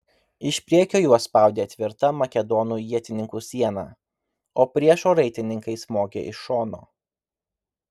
iš priekio juos spaudė tvirta makedonų ietininkų siena o priešo raitininkai smogė iš šono